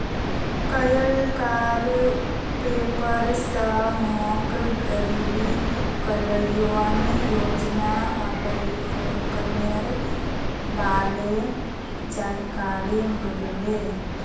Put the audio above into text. कइल कार पेपर स मोक गरीब कल्याण योजना अभियानेर बारे जानकारी मिलले